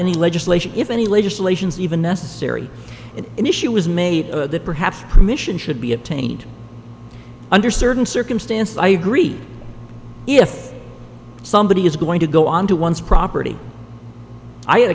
any legislation if any legislation is even necessary and an issue was made that perhaps permission should be obtained under certain circumstances i agree if somebody is going to go on to one's property i had